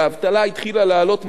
והאבטלה התחילה לעלות מעלה-מעלה.